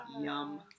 Yum